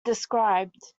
described